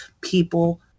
people